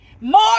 more